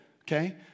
okay